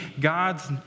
God's